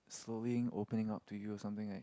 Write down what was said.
slowly opening up to you or something like